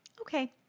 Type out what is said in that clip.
Okay